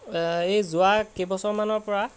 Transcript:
এই যোৱা কেইবছৰমানৰপৰা